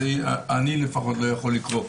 אני לפחות לא יכול לקרוא.